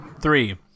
three